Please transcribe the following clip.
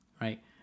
right